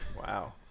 Wow